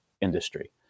industry